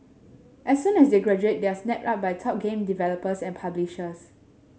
as soon as they graduate they are snapped up by top game developers and publishers